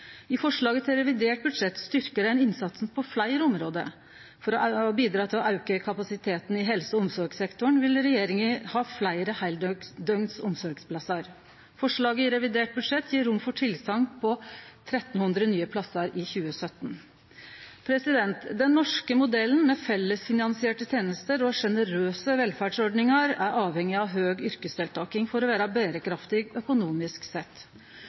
I forslaget til revidert budsjett styrkjer ein innsatsen på fleire område. For å bidra til å auke kapasiteten i helse- og omsorgssektoren vil regjeringa ha fleire heildøgns omsorgsplassar. Forslaget i revidert budsjett gjev rom for tilsegn om 1 300 nye plassar i 2017. Den norske modellen med fellesfinansierte tenester og sjenerøse velferdsordningar er avhengig av høg yrkesdeltaking for å vere berekraftig økonomisk sett.